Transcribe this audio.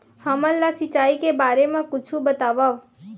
हमन ला सिंचाई के बारे मा कुछु बतावव?